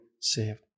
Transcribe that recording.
saved